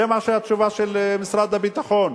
זו התשובה של משרד הביטחון.